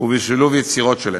ובשילוב יצירות שלהם,